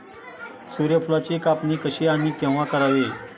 सूर्यफुलाची कापणी कशी आणि केव्हा करावी?